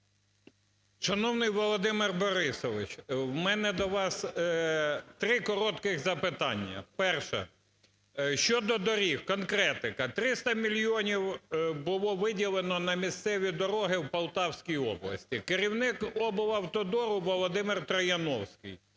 Шановний Володимир Борисович, в мене до вас три коротких запитання. Перше: щодо доріг, конкретика. 300 мільйонів було виділено на місцеві дороги в Полтавській області. Керівник "Облавтодору" Володимир Трояновський.